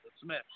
Smith